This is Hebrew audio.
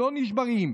לא נשברים,